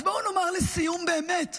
אז בואו נאמר לסיום באמת,